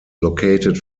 located